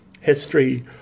history